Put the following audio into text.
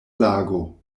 lago